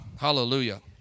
hallelujah